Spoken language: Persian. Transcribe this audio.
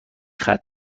ختم